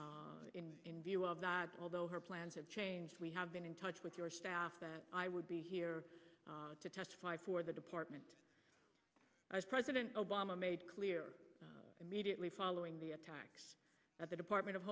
in view of that although her plans have changed we have been in touch with your staff that i would be here to testify for the department as president obama made clear immediately following the attacks at the department of